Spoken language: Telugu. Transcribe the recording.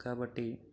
కాబట్టి